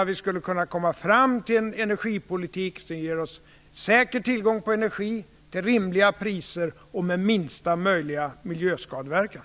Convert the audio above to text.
Vi borde komma fram till en energipolitik som ger oss säker tillgång på energi till rimliga priser med minsta möjliga miljöskadeverkan.